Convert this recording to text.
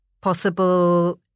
possible